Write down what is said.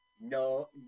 no